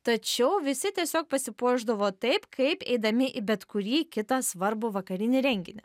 tačiau visi tiesiog pasipuošdavo taip kaip eidami į bet kurį kitą svarbų vakarinį renginį